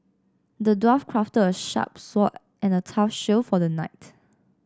the dwarf crafted a sharp sword and a tough shield for the knight